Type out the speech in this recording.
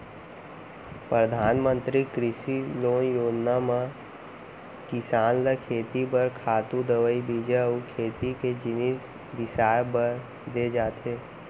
परधानमंतरी कृषि लोन योजना म किसान ल खेती बर खातू, दवई, बीजा अउ खेती के जिनिस बिसाए बर दे जाथे